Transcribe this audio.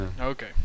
Okay